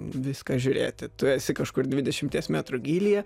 viską žiūrėti tu esi kažkur dvidešimties metrų gylyje